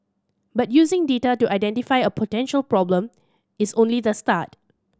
but using data to identify a potential problem is only the start